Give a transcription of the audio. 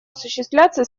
осуществляться